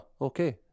okay